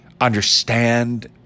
understand